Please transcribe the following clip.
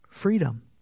freedom